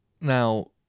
Now